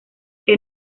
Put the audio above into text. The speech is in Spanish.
que